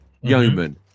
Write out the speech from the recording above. Yeoman